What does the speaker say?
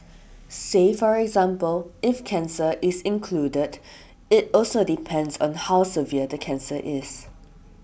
say for example if cancer is included it also depends on how severe the cancer is